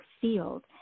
field